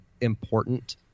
important